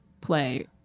play